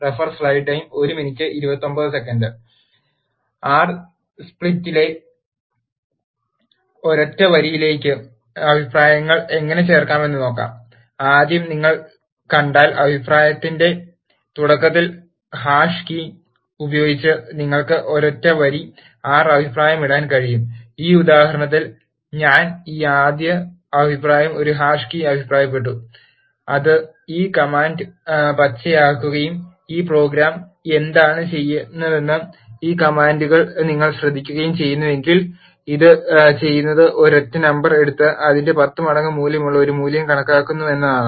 R സ്ക്രിപ്റ്റിലെ ഒരൊറ്റ വരിയിലേക്ക് അഭിപ്രായങ്ങൾ എങ്ങനെ ചേർക്കാമെന്ന് നോക്കാം ആദ്യം നിങ്ങൾ കണ്ടാൽ അഭിപ്രായത്തിന്റെ തുടക്കത്തിൽ ഹാഷ് കീ ഉപയോഗിച്ച് നിങ്ങൾക്ക് ഒരൊറ്റ വരി ആർ അഭിപ്രായമിടാൻ കഴിയും ഈ ഉദാഹരണത്തിൽ ഞാൻ ഈ ആദ്യ അഭിപ്രായം ഒരു ഹാഷ് കീ അഭിപ്രായപ്പെട്ടു അത് ഈ കമാൻഡ് പച്ചയാക്കുകയും ഈ പ്രോഗ്രാം എന്താണ് ചെയ്യുന്നതെന്ന് ഈ കമാൻഡുകൾ നിങ്ങൾ ശ്രദ്ധിക്കുകയും ചെയ്യുന്നുവെങ്കിൽ ഇത് ചെയ്യുന്നത് ഒരൊറ്റ നമ്പർ എടുത്ത് അതിന്റെ 10 മടങ്ങ് മൂല്യമുള്ള ഒരു മൂല്യം കണക്കാക്കുന്നു എന്നതാണ്